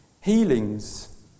Healings